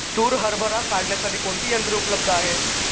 तूर हरभरा काढण्यासाठी कोणती यंत्रे उपलब्ध आहेत?